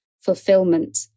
fulfillment